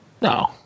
no